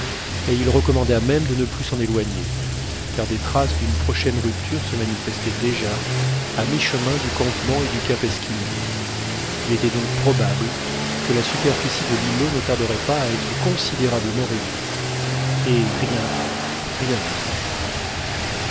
et il recommanda même de ne plus s'en éloigner car des traces d'une prochaine rupture se manifestaient déjà à mi-chemin du campement et du cap esquimau il était donc probable que la superficie de l'îlot ne tarderait pas à être considérablement réduite et rien rien à faire